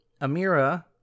Amira